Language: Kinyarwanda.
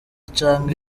canke